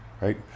Right